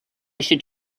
should